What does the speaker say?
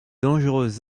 dangereuses